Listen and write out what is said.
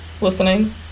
listening